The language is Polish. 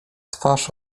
twarz